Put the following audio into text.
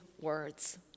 words